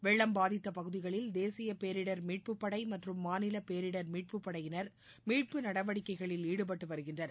வெள்ளம் பாதித்த பகுதிகளில் தேசிய பேரிடர் மீட்புப் படை மற்றும் மாநில பேரிடர் மீட்புப் படையினர் மீட்பு நடவடிக்கையில் ஈடுபட்டு வருகின்றனர்